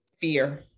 fear